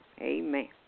Amen